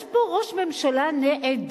יש פה ראש ממשלה נעדר.